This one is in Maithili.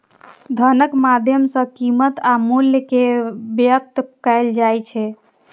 धनक माध्यम सं कीमत आ मूल्य कें व्यक्त कैल जाइ छै